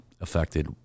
affected